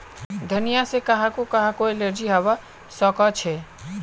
धनिया से काहको काहको एलर्जी हावा सकअछे